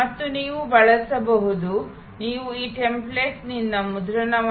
ಮತ್ತು ನೀವು ಬಳಸಬಹುದು ನೀವು ಈ ಮಾದರಿ ನಕ್ಷೆಯನ್ನು